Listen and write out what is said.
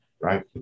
Right